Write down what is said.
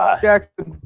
Jackson